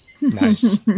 Nice